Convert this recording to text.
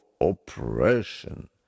oppression